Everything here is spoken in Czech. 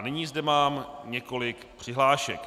Nyní zde mám několik přihlášek.